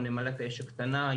כמו נמלת האש הקטנה,